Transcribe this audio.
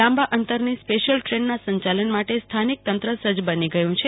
લાંબા અંતરની સ્પેશિયલ ટ્રેનના સંચાલન માટે સ્થાનિક તંત્ર સજજ બની ગયું છે